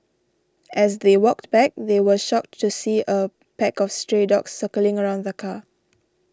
as they walked back they were shocked to see a pack of stray dogs circling around the car